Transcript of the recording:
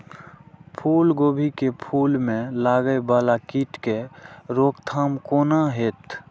फुल गोभी के फुल में लागे वाला कीट के रोकथाम कौना हैत?